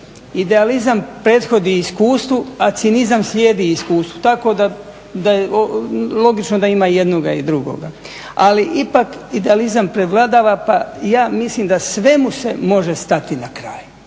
Idealizam prethodi iskustvu, a cinizam slijedi iskustvu tako da je logično da ima i jednoga i drugoga. Ali ipak idealizam prevladava pa ja mislim da svemu se može stati na kraj.